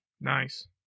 Nice